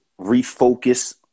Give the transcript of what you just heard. refocus